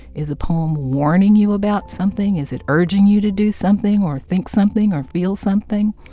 is the poem warning you about something? is it urging you to do something or think something or feel something?